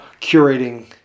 curating